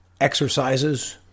exercises